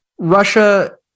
russia